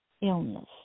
illness